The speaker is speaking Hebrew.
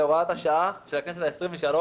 להוראת השעה של הכנסת העשרים ושלוש,